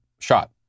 shot